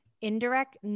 Indirect